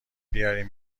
بیارین